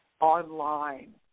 online